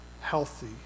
healthy